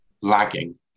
lagging